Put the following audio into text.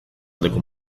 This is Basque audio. aldeko